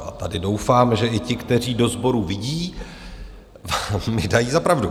A tady doufám, že i ti, kteří do sboru vidí, mi dají za pravdu.